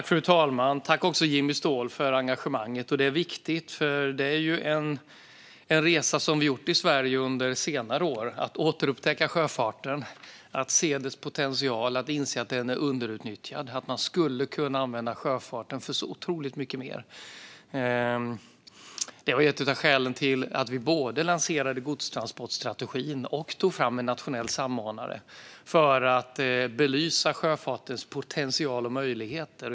Fru talman! Tack, Jimmy Ståhl, för engagemanget! Det är viktigt, för detta är en resa som vi gjort i Sverige under senare år: att återupptäcka sjöfarten, att se dess potential och att inse att den är underutnyttjad och skulle kunna användas för så otroligt mycket mer. Det var ett av skälen till att vi både lanserade godstransportstrategin och tog fram en nationell samordnare för att belysa sjöfartens potential och möjligheter.